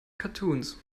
cartoons